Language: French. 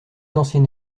ancienne